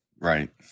Right